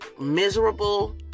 miserable